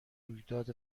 رویداد